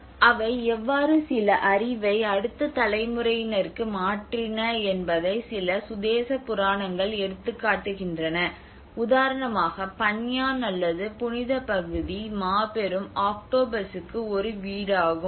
அவை எவ்வாறு சில அறிவை அடுத்த தலைமுறையினருக்கு மாற்றின என்பதை சில சுதேச புராணங்கள் எடுத்துக்காட்டுகின்றன உதாரணமாக பன்யான் அல்லது புனிதப் பகுதி மாபெரும் ஆக்டோபஸுக்கு ஒரு வீடாகும்